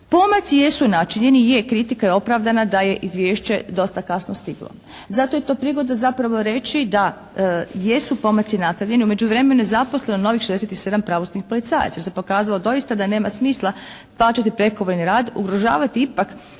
Pomaci jesu načinjeni, je kritika je opravdana da je izvješće dosta kasno stiglo. Zato je to prigoda zapravo reći da jesu pomaci napravljeni. U međuvremenu je zaposleno novih 67 pravosudnih policajaca. Pokazalo se da doista nema smisla plaćati prekovremeni rad, ugrožavati ipak